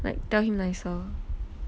like tell him nicer